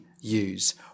use